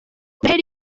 noheli